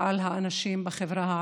על האנשים בחברה הערבית.